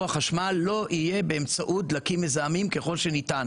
החשמל לא יהיה באמצעות דלקים מזהמים ככל שניתן,